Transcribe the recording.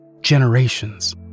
generations